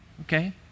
okay